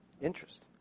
Interest